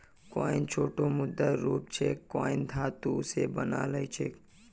coin छोटो मुद्रार रूप छेक कॉइन धातु स बनाल ह छेक